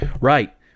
Right